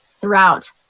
throughout